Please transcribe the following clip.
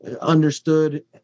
understood